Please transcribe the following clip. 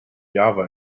java